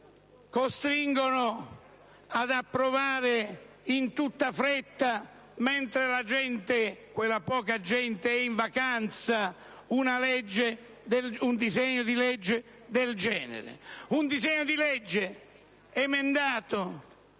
costretto ad approvare in tutta fretta, mentre quella poca gente che può è in vacanza, un disegno di legge del genere? Un disegno di legge emendato,